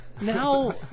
now